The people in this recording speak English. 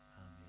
Amen